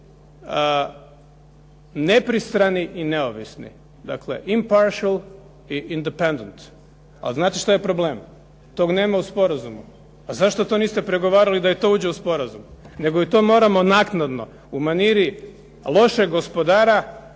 nepristrani i neovisni. Dakle, impartial i independent. Al' znate što je problem? Toga nema u sporazumu. A zašto to niste pregovarali da i to uđe u sporazum? Nego i to moramo naknadno u maniri lošeg gospodara